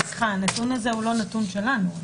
סליחה, הנתון הזה הוא לא נתון שלנו.